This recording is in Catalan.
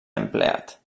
empleat